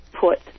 put